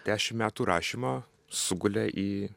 dešim metų rašymo sugulė į